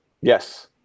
Yes